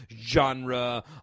genre